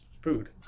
food